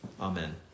amen